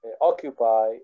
occupy